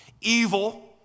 evil